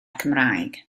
cymraeg